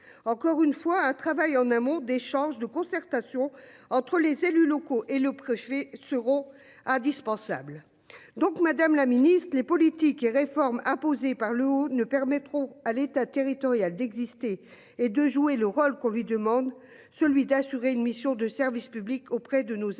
Encore une fois un travail en amont d'échange de concertation entre les élus locaux et le préfet s'euros ah dispensable donc Madame la Ministre les politiques et réformes imposées par l'eau ne permettront à l'État, territorial d'exister et de jouer le rôle qu'on lui demande, celui d'assurer une mission de service public auprès de nos habitants